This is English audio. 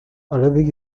arabic